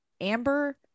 Amber